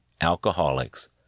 alcoholics